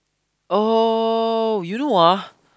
oh you know ah